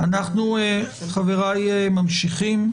אנו ממשיכים.